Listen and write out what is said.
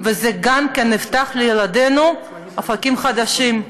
וזה גם יפתח לילדינו אופקים חדשים.